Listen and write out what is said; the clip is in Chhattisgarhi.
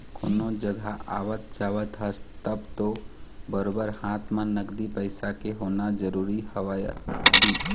कोनो जघा आवत जावत हस तब तो बरोबर हाथ म नगदी पइसा के होना जरुरी हवय ही